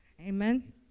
Amen